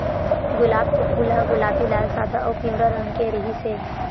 गुलाब के फूल ह गुलाबी, लाल, सादा अउ पिंवरा रंग के रिहिस हे